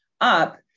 up